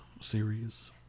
series